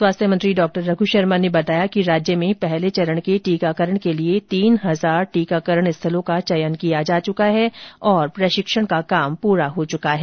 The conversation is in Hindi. स्वास्थ्य मंत्री डॉ रघु शर्मा ने बताया कि राज्य में पहले चरण के टीकाकरण के लिये तीन हजार टीकाकरण स्थलों का चयन किया जा चुका है और प्रशिक्षण का काम पूरा हो चुका है